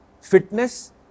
Fitness